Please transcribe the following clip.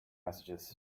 messages